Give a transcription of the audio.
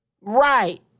Right